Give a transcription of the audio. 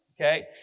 okay